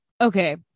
Okay